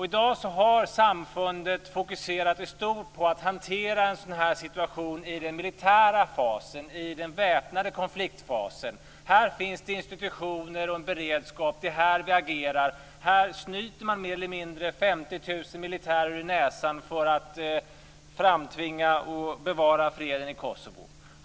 I dag har samfundet i stort fokuserat på att hantera en sådan här situation i den militära fasen, i den väpnade konfliktfasen. Här finns det institutioner och en beredskap. Det är här som vi agerar. Här snyter man mer eller mindre 50 000 militärer ur näsan för att framtvinga och bevara freden i Kosovo.